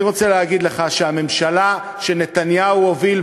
אני רוצה להגיד לך שהממשלה שנתניהו הוביל,